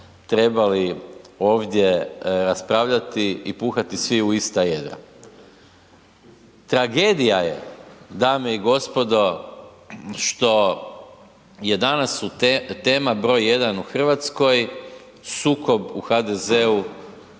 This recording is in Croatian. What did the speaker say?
trebali ovdje raspravljati i puhati svi u ista jedra. Tragedija je, dame i gospodo, što je danas su tema br. 1 u Hrvatskoj, sukob u HDZ-u